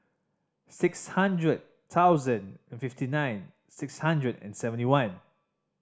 six hundred thousand and fifty nine six hundred and seventy one